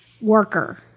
worker